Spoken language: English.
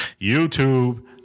YouTube